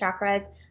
chakras